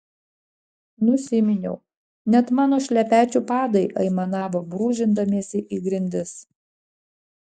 nusiminiau net mano šlepečių padai aimanavo brūžindamiesi į grindis